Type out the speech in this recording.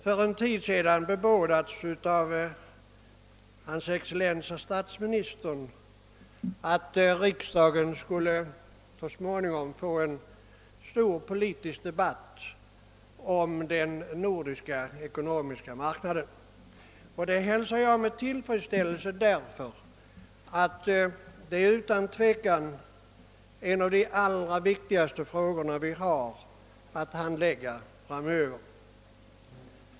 För en tid sedan bebådade hans excellens statsministern att riksdagen så småningom skulle få en stor politisk debatt om den nordiska ekonomiska marknaden. Detta hälsar jag med tillfredsställelse eftersom den frågan utan tvekan är en av de allra viktigaste som vi har att handlägga framöver.